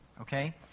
okay